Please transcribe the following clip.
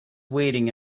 waiting